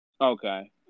Okay